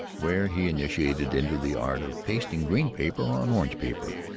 where he initiated into the art of pasting green paper on orange paper,